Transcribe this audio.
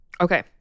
Okay